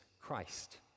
Christ